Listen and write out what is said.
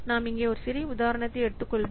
நாம் இங்கே ஒரு சிறிய உதாரணத்தை எடுத்துக்கொள்வோம்